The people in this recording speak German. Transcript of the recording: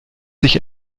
dich